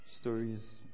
stories